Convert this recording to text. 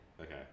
Okay